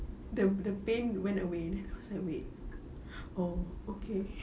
the the pain went away I was like wait oh okay